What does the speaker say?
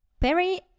Perry